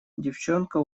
девчонка